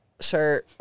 Sir